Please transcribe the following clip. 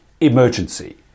Emergency